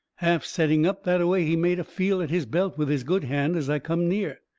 half setting up that-away he made a feel at his belt with his good hand, as i come near.